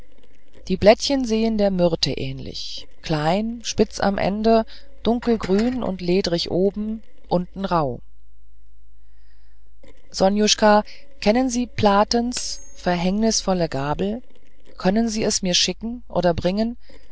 die blättchen sehen der myrthe ähnlich klein spitz am ende dunkelgrün und lederig oben unten rauh sonjuscha kennen sie platens verhängnisvolle gabel könnten sie es mir schicken oder bringen